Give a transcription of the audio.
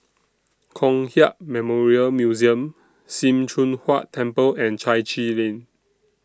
Kong Hiap Memorial Museum SIM Choon Huat Temple and Chai Chee Lane